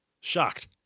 Shocked